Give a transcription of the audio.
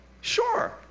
Sure